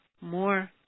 more